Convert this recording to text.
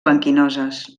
blanquinoses